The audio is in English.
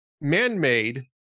man-made